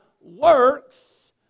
works